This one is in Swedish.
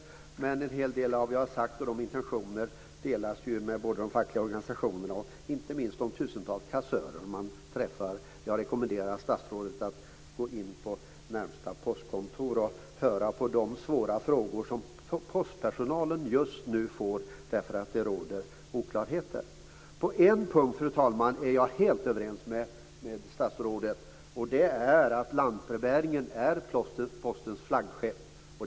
Men en hel del av vad jag har sagt och av de här intentionerna delas ju av både de fackliga organisationerna och - inte minst - de tusentals kassörer man träffar. Jag rekommenderar statsrådet att gå in på närmaste postkontor och höra på de svåra frågor som postpersonalen just nu får för att det råder oklarheter. På en punkt, fru talman, är jag helt överens med statsrådet. Det är att lantbrevbäringen är Postens flaggskepp.